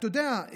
אתה יודע,